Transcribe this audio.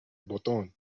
botón